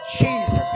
Jesus